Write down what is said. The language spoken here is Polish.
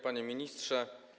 Panie Ministrze!